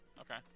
okay